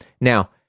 Now